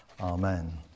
Amen